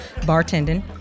bartending